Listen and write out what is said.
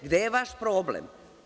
Gde je vaš problem?